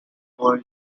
boy